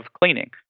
cleaning